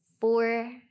four